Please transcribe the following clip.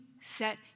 set